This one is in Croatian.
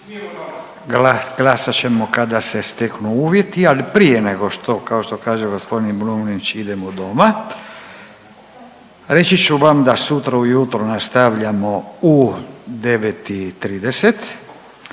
Glasat ćemo kada se steknu uvjeti. Ali prije nego što, kao što kaže gospodin Brumnić idemo doma reći ću vam da sutra u jutro nastavljamo u 9,30